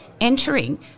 entering